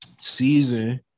Season